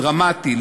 דרמטי,